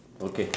okay